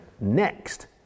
next